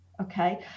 okay